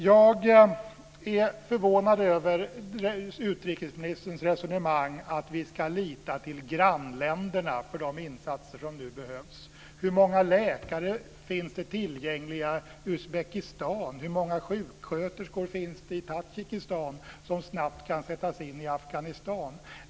Jag är förvånad över utrikesministerns resonemang om att vi ska lita till grannländerna för de insatser som nu behövs. Hur många läkare finns det tillgängliga i Uzbekistan och hur många sjuksköterskor finns det i Tadzjikistan som snabbt kan sättas in i Afghanistan?